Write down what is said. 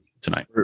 tonight